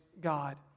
God